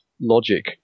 logic